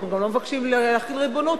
אנחנו גם לא מבקשים להחיל ריבונות,